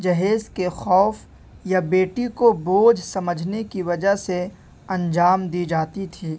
جہیز کے خوف یا بیٹی کو بوجھ سمجھنے کی وجہ سے انجام دی جاتی تھی